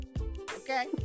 Okay